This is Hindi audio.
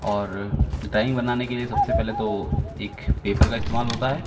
और ड्राइंग बनाने के लिए सबसे पहले तो एक पेपर का इस्तेमाल होता है